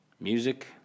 music